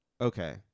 Okay